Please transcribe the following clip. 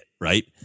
right